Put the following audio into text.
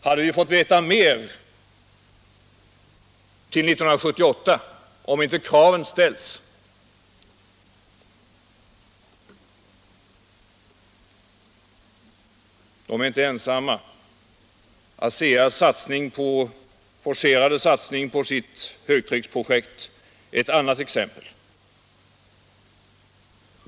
Hade vi fått veta mer till 1978 om inte kraven ställts? Dessa företag är inte ensamma. ASEA:s forcerade satsning på sitt högtrycksprojekt är ett annat exempel.